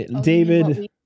David